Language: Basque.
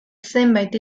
zenbait